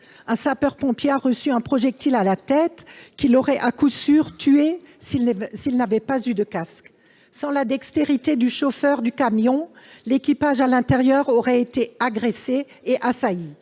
Un sapeur-pompier a reçu un projectile à la tête, qui l'aurait à coup sûr tué s'il n'avait pas eu de casque. Sans la dextérité du chauffeur du camion, l'équipage à l'intérieur aurait été assailli